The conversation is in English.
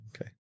Okay